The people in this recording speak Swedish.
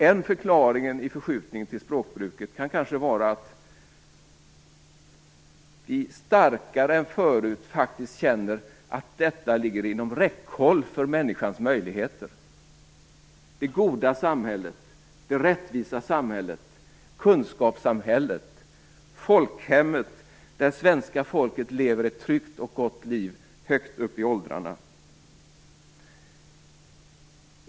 En förklaring till denna förskjutning i språkbruket kan kanske vara att vi starkare än förut faktiskt känner att detta ligger inom räckhåll för människans möjligheter - det goda samhället, det rättvisa samhället, kunskapssamhället, folkhemmet, där svenska folket lever ett tryggt och gott liv högt upp i åldrarna.